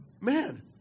Man